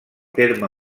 terme